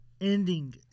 Ending